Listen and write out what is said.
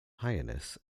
hyannis